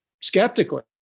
skeptically